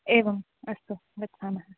एवम् अस्तु गच्छामः